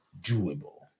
doable